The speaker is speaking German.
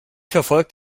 verfolgt